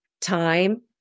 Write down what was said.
time